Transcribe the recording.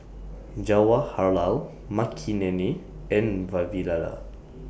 Jawaharlal Makineni and Vavilala